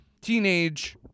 teenage